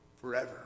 forever